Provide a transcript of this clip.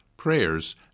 prayers